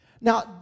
Now